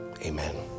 amen